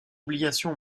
obligation